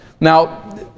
Now